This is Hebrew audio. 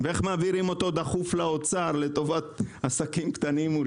איך מעבירים אותו דחוף לאוצר, לטובת עסקים קטנים?